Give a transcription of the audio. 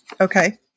Okay